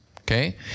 Okay